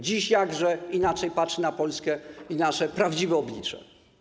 Dziś jakże inaczej patrzy się na Polskę i nasze prawdziwe oblicze.